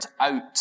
out